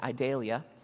Idalia